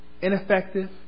ineffective